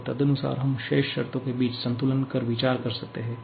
और तदनुसार हम शेष शर्तों के बीच संतुलन पर विचार कर सकते हैं